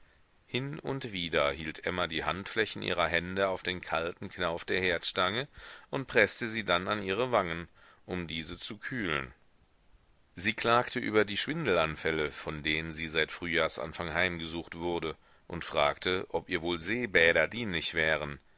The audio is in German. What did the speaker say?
hin und wieder hielt emma die handflächen ihrer hände auf den kalten knauf der herdstange und preßte sie dann an ihre wangen um diese zu kühlen sie klagte über die schwindelanfälle von denen sie seit frühjahrsanfang heimgesucht wurde und fragte ob ihr wohl seebäder dienlich wären